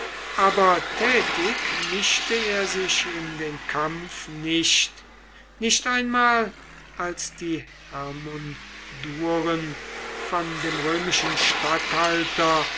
aber tätig mischte er sich in den kampf nicht nicht einmal als die hermunduren von dem römischen statthalter